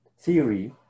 theory